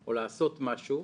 או לעשות משהו,